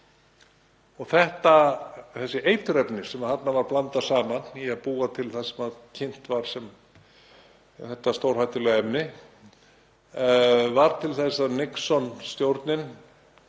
The Trip. Þessi eiturefni sem þarna var blandað saman til að búa til það sem kynnt var sem þetta stórhættulega efni varð til þess að Nixon-stjórnin